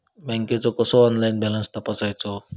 बँकेचो कसो online balance तपासायचो?